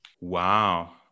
Wow